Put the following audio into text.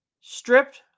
stripped